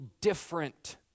different